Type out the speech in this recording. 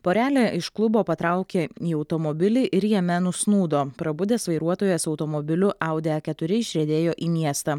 porelė iš klubo patraukė į automobilį ir jame nusnūdo prabudęs vairuotojas automobiliu audi a keturi išriedėjo į miestą